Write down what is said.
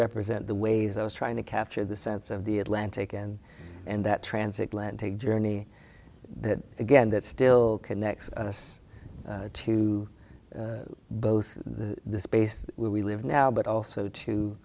represent the ways i was trying to capture the sense of the atlantic and and that transatlantic journey that again that still connects us to both the space where we live now but also to